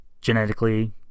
genetically